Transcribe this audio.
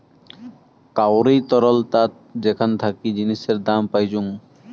কাউরি তরলতা যেখান থাকি জিনিসের দাম পাইচুঙ